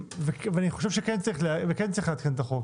ואני חושב שכן צריך לעדכן את החוק,